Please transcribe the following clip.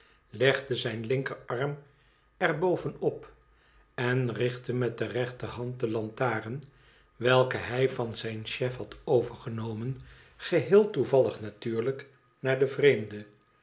legde zijn linkerarm er bovenop en richtte met de rechterhand de lantaren welke hij van zijn chef had overgenomen geheel toevallig natuurlijk naar den vreemde